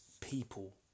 people